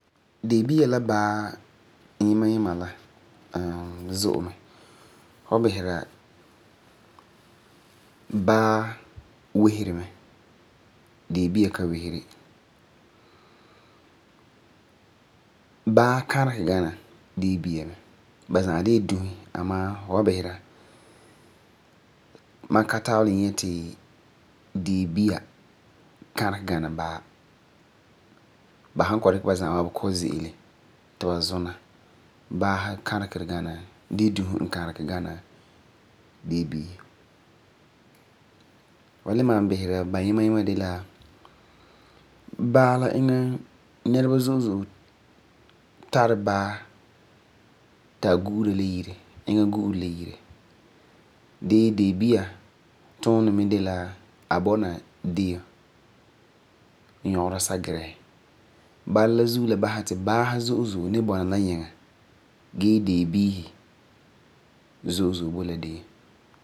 Debia la baa yima yima la zo’e mɛ. Fu wan bisera, baa weseri mɛ, deebia ka weseri. Baa karege Gaana deebia mɛ. Ba za'a de la dusi amaa ma ka tabelɛ nyɛ ti deebia tabele karege gaana baa. Ba san kɔ’ɔm dikɛ la za’a ze'ele, baasi zo’e zo’e ni karege mɛ gana deebiisi mɛ. Fu san le bisera, ba yima yima de la, baa la iŋɛ nɛreba zo’e zo’e tari baasi ti ba gura la yire bala baasi no bɔna nyiŋa gee deebia tuunɛ de la a bɔna deem nyɔgera sakiresi. Bala zuo la mi basɛ ti baasi zo’e zo’e ni bɔna la nyiŋa amaa deebiisi zo’zo’e mi boi la deem.